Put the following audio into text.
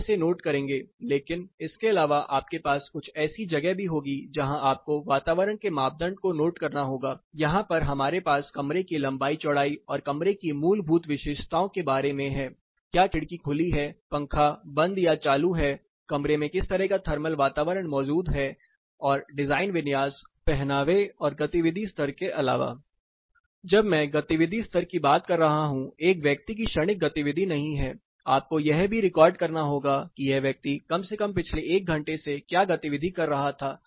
आप इसे नोट करेंगे लेकिन इसके अलावा आपके पास कुछ ऐसी जगह भी होंगी जहाँ आपको वातावरण के मापदंड को नोट करना होगा यहाँ पर हमारे पास कमरे की लंबाई चौड़ाई और कमरे की मूलभूत विशेषताओं के बारे में है क्या खिड़कियां खुली हैं पंखा बंद या चालू हैकमरे में किस तरह का थर्मल वातावरण मौजूद है और डिजाइन विन्यास पहनावे और गतिविधि स्तर के अलावा जब मैं गतिविधि स्तर की बात कर रहा हूं यह व्यक्ति की क्षणिक गतिविधि नहीं है आपको यह भी रिकॉर्ड करना होगा कि यह व्यक्ति कम से कम पिछले 1 घंटे से क्या गतिविधि कर रहा था